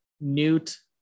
newt